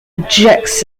rejects